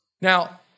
Now